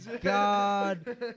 god